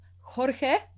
Jorge